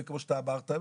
כמו שאתה אמרת,